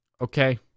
okay